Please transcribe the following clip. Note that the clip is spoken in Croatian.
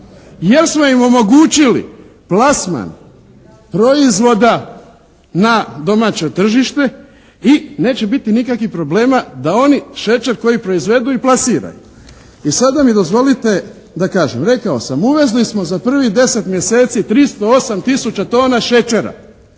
Jer smo im omogućili plasman proizvoda na domaće tržište. I neće biti nikakvih problema da oni šećer koji proizvedu i plasiraju. I sada mi dozvolite da kažem. Rekao sam, uvezli smo za prvih 10 mjeseci 308 tisuća šećera.